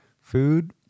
food